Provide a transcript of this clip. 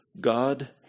God